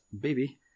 baby